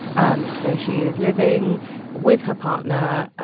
and so she is living with her partner,